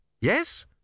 Yes